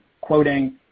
quoting